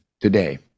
today